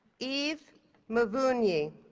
yves muvunyi,